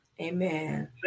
Amen